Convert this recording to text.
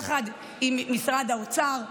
יחד עם משרד האוצר,